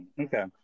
Okay